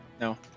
No